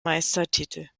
meistertitel